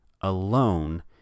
alone